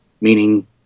meaning